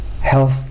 health